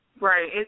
Right